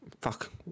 fuck